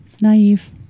naive